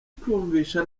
kwiyumvisha